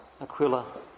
Aquila